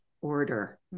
order